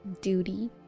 Duty